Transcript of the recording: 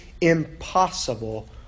impossible